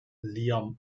liam